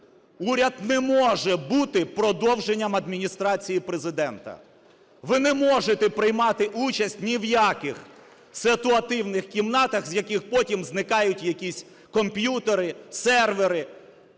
Уряд не може бути продовженням Адміністрації Президента. Ви не можете приймати участь ні в яких ситуативних кімнатах, з яких потім зникають якісь комп'ютери, сервери